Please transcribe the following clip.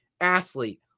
athlete